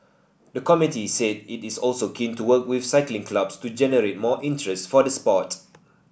the committee said it is also keen to work with cycling clubs to generate more interest for the sport